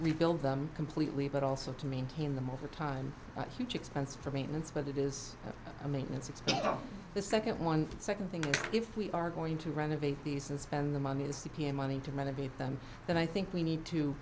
rebuild them completely but also to maintain them over time huge expense for maintenance whether it is a maintenance it's the second one second thing if we are going to renovate these and spend the money the c p m money to renovate them then i think we need to